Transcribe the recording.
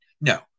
No